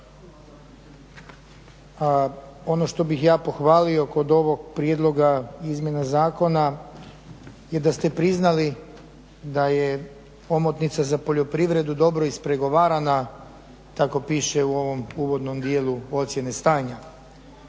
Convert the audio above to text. Ono što bih ja pohvalio kod ovog prijedloga izmjena zakona je da ste priznali da je omotnica za poljoprivredu dobro ispregovarana, tako piše u ovom uvodnom dijelu ocjene stanja.